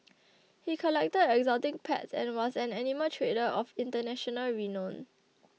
he collected exotic pets and was an animal trader of international renown